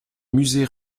musée